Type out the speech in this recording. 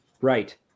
Right